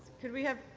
could we have